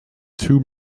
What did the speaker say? two